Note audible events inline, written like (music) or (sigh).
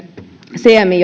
cmi (unintelligible)